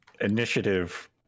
initiative